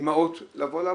אימהות, לבוא לעבודה.